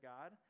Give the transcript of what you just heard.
God